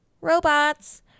Robots